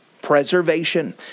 preservation